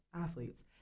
athletes